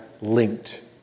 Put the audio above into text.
linked